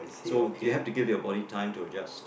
so you have to give your body time to adjust